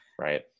Right